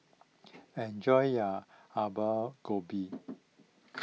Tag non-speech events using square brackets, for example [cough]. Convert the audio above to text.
enjoy your [unintelligible] Gobi [noise]